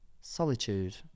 Solitude